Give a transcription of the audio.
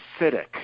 acidic